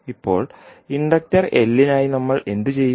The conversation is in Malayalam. ഇപ്പോൾ ഇൻഡക്റ്റർ L നായി നമ്മൾ എന്തുചെയ്യും